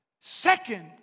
second